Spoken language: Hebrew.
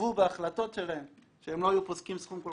כתבו בהחלטות שלהם שהם לא היו פוסקים סכום כל